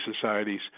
societies